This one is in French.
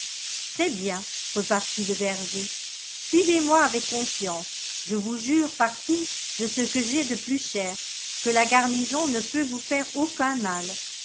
tète très-bien repartit le berger suivez-moi avec confiance je vous jure par tout de ce que j'ai de plus cher quelagarnison ne peut vous faireaucun mal